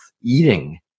eating